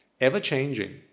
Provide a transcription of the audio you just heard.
ever-changing